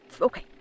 okay